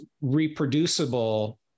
reproducible